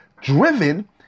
driven